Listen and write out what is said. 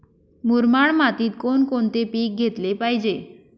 मुरमाड मातीत कोणकोणते पीक घेतले पाहिजे?